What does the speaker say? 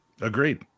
Agreed